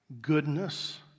Goodness